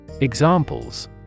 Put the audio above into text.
Examples